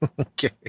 Okay